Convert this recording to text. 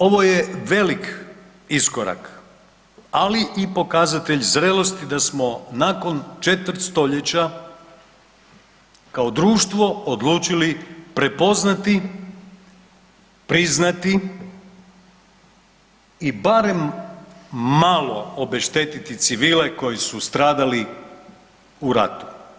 Ovo je velik iskorak ali i pokazatelj zrelosti da smo nakon četvrt stoljeća kao društvo odlučili prepoznati, priznati i barem malo obeštetiti civile koji su stradali u ratu.